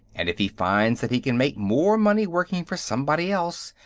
and if he finds that he can make more money working for somebody else,